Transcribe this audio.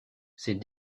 ces